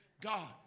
God